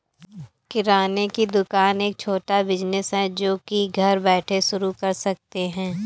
किराने की दुकान एक छोटा बिज़नेस है जो की घर बैठे शुरू कर सकते है